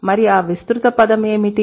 మరి ఆ విస్తృత పదం ఏమిటి